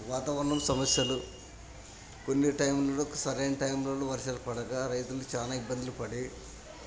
వాతావరణం సమస్యలు కొన్నిటైంలో సరైన టైంలో వర్షాలు పడక రైతులు చాలా ఇబ్బందులు పడి